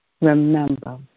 remember